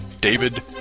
David